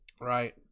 Right